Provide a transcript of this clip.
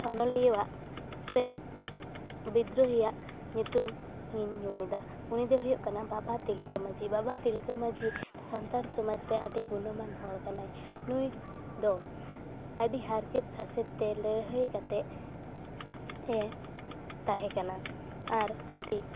ᱚᱱᱞᱤᱭᱟᱹᱣᱟᱜ ᱥᱮ ᱵᱤᱫᱽᱫᱨᱳᱦᱤᱭᱟᱜ ᱧᱩᱛᱩᱢ ᱤᱧ ᱧᱩᱢ ᱮᱫᱟ ᱩᱱᱤ ᱫᱚᱭ ᱦᱩᱭᱩᱜ ᱠᱟᱱᱟ ᱵᱟᱵᱟ ᱛᱤᱞᱠᱟᱹ ᱢᱟᱹᱡᱷᱤ ᱵᱟᱵᱟ ᱛᱤᱞᱠᱟᱹ ᱢᱟᱹᱡᱷᱤ ᱥᱟᱱᱛᱟᱲ ᱥᱚᱢᱟᱡᱽ ᱨᱮ ᱟᱹᱰᱤ ᱜᱩᱱᱚᱢᱟᱢ ᱦᱚᱲᱠᱟᱱᱟᱭ ᱱᱩᱭ ᱫᱚ ᱟᱹᱰᱤ ᱦᱟᱨᱠᱮᱛ ᱥᱟᱥᱮᱛ ᱛᱮ ᱞᱟᱹᱲᱦᱟᱹᱭ ᱠᱟᱛᱮᱫ ᱮ ᱛᱟᱦᱮᱸ ᱠᱟᱱᱟ ᱟᱨ ᱟᱹᱰᱤ